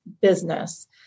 business